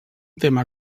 tema